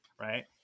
right